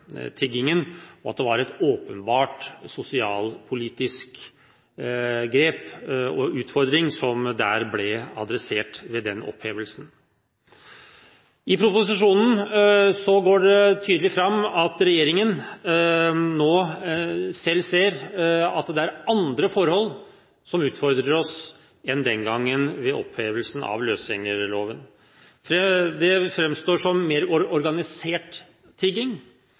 tiggingen, at det var et åpenbart sosialpolitisk grep, og at sosialpolitiske utfordringer ble adressert ved den opphevelsen. I proposisjonen går det tydelig fram at regjeringen selv nå ser at det er andre forhold som utfordrer oss, enn den gangen, ved opphevelsen av løsgjengerloven. Det framstår som mer organisert tigging,